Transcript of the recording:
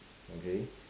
okay